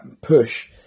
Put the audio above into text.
push